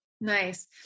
Nice